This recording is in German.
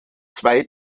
zwei